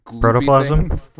Protoplasm